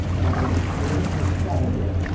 and the answer is probably.